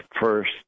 first